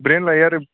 brand लायो आरो